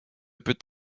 peut